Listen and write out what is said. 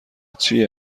چیه